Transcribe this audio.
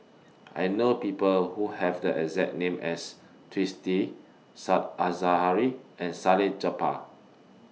I know People Who Have The exact name as Twisstii Said Zahari and Salleh Japar